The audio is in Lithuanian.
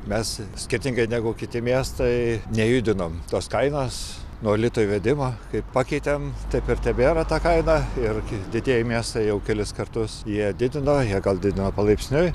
mes skirtingai negu kiti miestai nejudinom tos kainos nuo lito įvedimo kaip pakeitėm taip ir tebėra ta kaina irgi didieji miestai jau kelis kartus ją didino jie gal didino palaipsniui